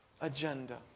agenda